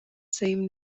same